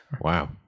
Wow